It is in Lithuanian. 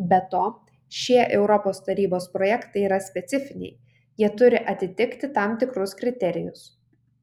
be to šie europos tarybos projektai yra specifiniai jie turi atitikti tam tikrus kriterijus